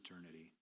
eternity